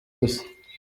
gusa